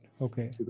Okay